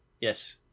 Yes